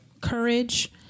courage